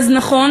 אז נכון